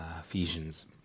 Ephesians